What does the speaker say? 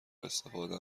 استفاده